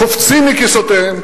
קופצים מכיסאותיהם,